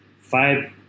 five